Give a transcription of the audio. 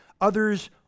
Others